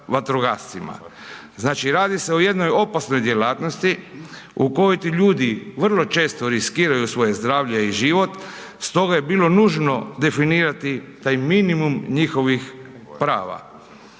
Znači radi se o jednoj opasnoj djelatnosti u kojoj ti ljudi vrlo često riskiraju svoje zdravlje i život stoga je je bilo nužno definirati taj minimum njihovih prava.